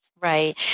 Right